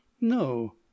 no